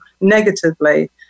negatively